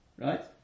Right